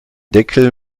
deckel